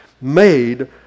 made